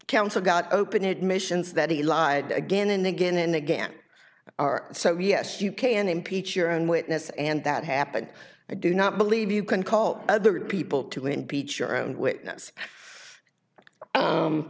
counsel got open admissions that he lied again and again and again are so yes you can impeach your own witness and that happened i do not believe you can call other people to impeach your own witness